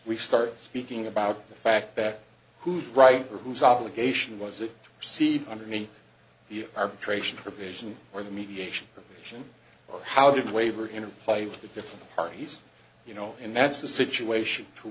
we start speaking about the fact that who's right or who's obligation was it to see underneath the arbitration provision or the mediation or how did waiver interplay with the different parties you know and that's the situation t